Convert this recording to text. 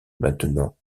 maintenant